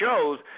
shows